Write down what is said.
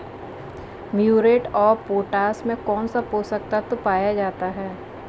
Muriate of potash में कौन सा पोषक तत्व पाया जाता है?